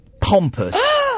pompous